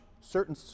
certain